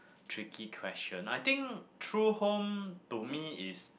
tricky question I think true home to me is